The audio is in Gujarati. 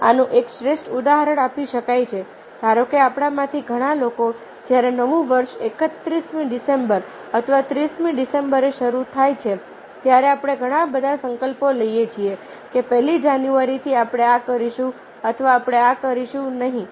આનું એક શ્રેષ્ઠ ઉદાહરણ આપી શકાય છે ધારો કે આપણામાંથી ઘણા લોકો જ્યારે નવું વર્ષ ૩1મી ડિસેમ્બર અથવા 30મી ડિસેમ્બર શરૂ થાય છે ત્યારે આપણે ઘણા બધા સંકલ્પો લઈએ છીએ કે પહેલી જાન્યુઆરીથી આપણે આ કરીશું અથવા આપણે આ કરીશું નહીં